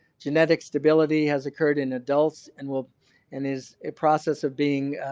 genetic stability has occurred in adults and will and is a process of being